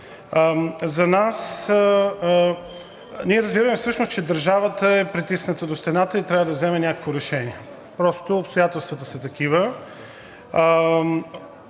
Ние разбираме всъщност, че държавата е притисната до стената и трябва да вземе някакво решение, просто обстоятелствата са такива.